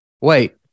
wait